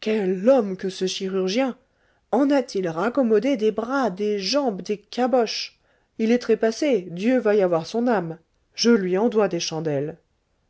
quel homme que ce chirurgien en a-t-il raccommodé des bras des jambes des caboches il est trépassé dieu veuille avoir son âme je lui en dois des chandelles